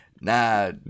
nah